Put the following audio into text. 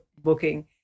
booking